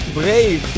brave